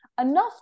enough